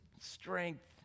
strength